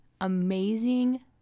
amazing